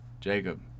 Jacob